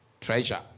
treasure